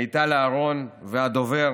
מיטל אהרון והדובר